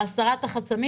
בהסרת החסמים